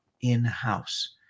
in-house